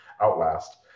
outlast